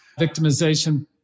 victimization